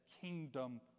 kingdom